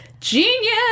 Genius